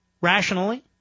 rationally